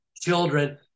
children